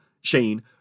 Shane